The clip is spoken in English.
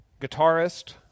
guitarist